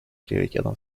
приоритетом